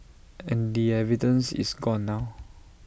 and the evidence is gone now